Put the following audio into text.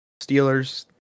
Steelers